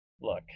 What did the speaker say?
look